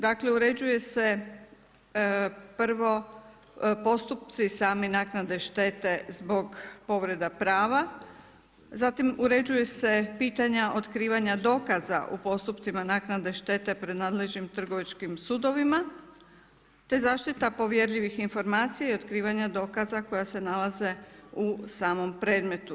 Dakle uređuje se prvo postupci sami naknade štete zbog povreda prava, zatim uređuju se pitanja otkrivanja dokaza u postupcima naknade štete pred nadležnim trgovačkim sudovima te zaštita povjerljivih informacija i otkrivanja dokaza koja se nalaze u samom predmetu.